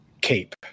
cape